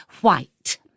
White